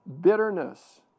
Bitterness